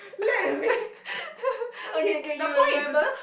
okay K you remember